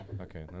Okay